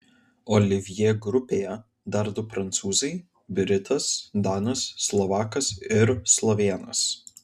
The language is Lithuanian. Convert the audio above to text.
olivjė grupėje dar du prancūzai britas danas slovakas ir slovėnas